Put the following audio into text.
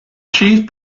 chief